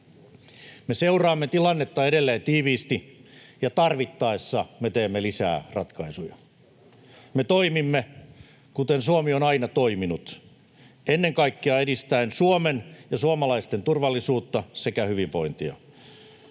Me seuraamme tilannetta edelleen tiiviisti, ja tarvittaessa me teemme lisää ratkaisuja. Me toimimme, kuten Suomi on aina toiminut: ennen kaikkea edistäen Suomen ja suomalaisten turvallisuutta sekä hyvinvointia.